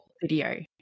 video